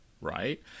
right